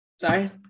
Sorry